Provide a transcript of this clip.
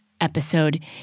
episode